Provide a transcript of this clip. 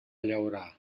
llaurar